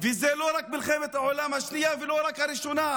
זה לא רק מלחמת העולם השנייה, ולא רק הראשונה.